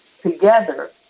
together